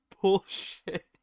bullshit